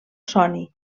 sony